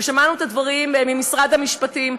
ושמענו את הדברים ממשרד המשפטים,